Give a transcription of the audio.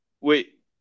wait